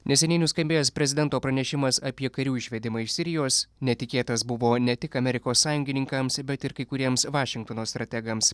neseniai nuskambėjęs prezidento pranešimas apie karių išvedimą iš sirijos netikėtas buvo ne tik amerikos sąjungininkams bet ir kai kuriems vašingtono strategams